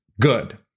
good